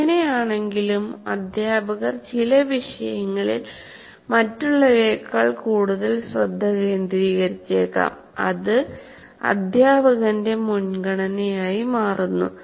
എങ്ങിനെ ആണെങ്കിലും അധ്യാപകർ ചില വിഷയങ്ങളിൽ മറ്റുള്ളവയേക്കാൾ കൂടുതൽ ശ്രദ്ധ കേന്ദ്രീകരിച്ചേക്കാം അത് അധ്യാപകന്റെ മുൻഗണനയായി മാറുന്നു